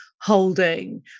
holding